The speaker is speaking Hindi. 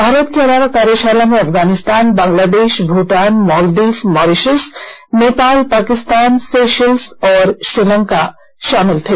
भारत के अलावा कार्यशाला में Afghanistan Bangladesh Bhutan Maldives Mauritius Nepal Pakistan Seychelles और श्रीलंका शामिल थे